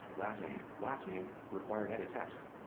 last name. last name required edit text.